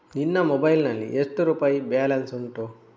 ನಿನ್ನ ಮೊಬೈಲ್ ನಲ್ಲಿ ಎಷ್ಟು ರುಪಾಯಿ ಬ್ಯಾಲೆನ್ಸ್ ಉಂಟು?